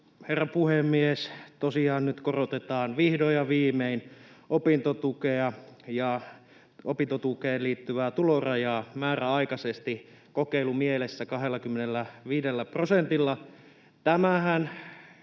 herra puhemies! Tosiaan nyt korotetaan vihdoin ja viimein opintotukea ja opintotukeen liittyvää tulorajaa kokeilumielessä määräaikaisesti 25 prosentilla. Tämä